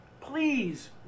please